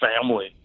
family